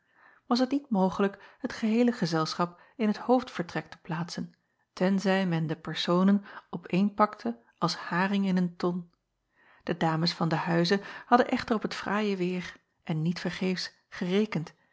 was het niet mogelijk het geheele gezelschap in het hoofdvertrek te plaatsen tenzij men de personen opeenpakte als haring in een ton e dames van den huize hadden echter op het fraaie weêr en niet vergeefs gerekend